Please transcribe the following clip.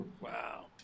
wow